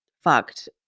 fucked